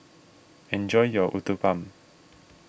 enjoy your Uthapam